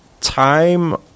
Time